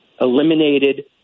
eliminated